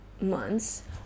months